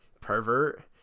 Pervert